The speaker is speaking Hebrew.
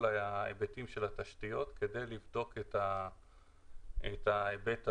ההיבטים של התשתיות כדי לבדוק את ההיבט הזה.